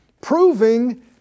Proving